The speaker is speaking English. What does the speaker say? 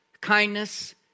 kindness